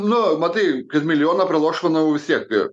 nu matai kad milijoną pralošt manau vistiek